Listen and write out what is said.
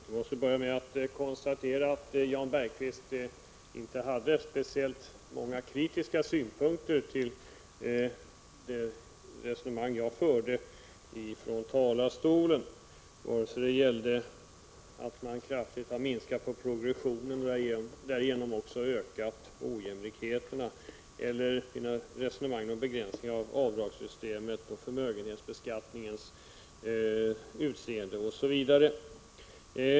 Herr talman! Jag vill börja med att konstatera att Jan Bergqvist inte hade speciellt många kritiska synpunkter på det resonemang jag förde i mitt anförande, vare sig det gällde att man kraftigt har minskat progressiviteten och därigenom ökat ojämlikheten eller det gällde begränsningar i avdragssystemet, förmögenhetsbeskattningens utformning, osv.